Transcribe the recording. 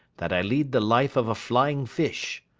that i lead the life of a flying-fish.